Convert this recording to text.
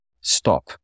stop